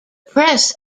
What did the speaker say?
press